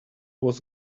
was